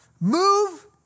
move